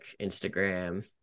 Instagram